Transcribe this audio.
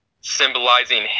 symbolizing